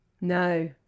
no